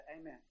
amen